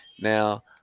now